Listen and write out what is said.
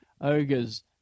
Ogres